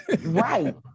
right